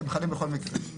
הם חלים בכל מקרה.